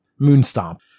Moonstomp